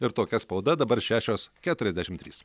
ir tokia spauda dabar šešios keturiasdešim trys